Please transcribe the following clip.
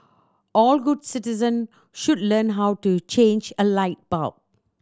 all good citizen should learn how to change a light bulb